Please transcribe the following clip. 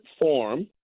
form